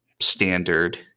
standard